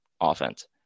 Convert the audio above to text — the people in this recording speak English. offense